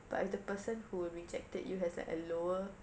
but if the person who rejected you has like a lower